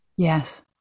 yes